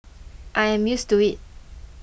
I am used to it